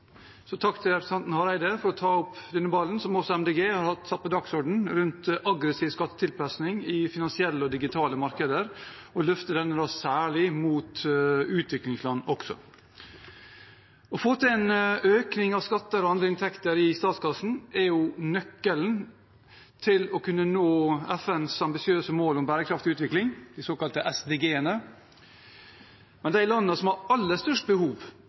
så takk til representanten Hareide for å ta opp denne ballen – som også Miljøpartiet De Grønne har satt på dagsordenen – rundt aggressiv skattetilpasning i finansielle og digitale markeder, og løfte den særlig mot utviklingsland. Å få til en økning av skatter og andre inntekter i statskassen er nøkkelen til å kunne nå FNs ambisiøse mål om bærekraftig utvikling, de såkalte SDG-ene. Men de landene som har aller størst behov